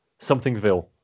Somethingville